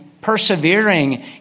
persevering